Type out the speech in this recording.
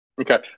Okay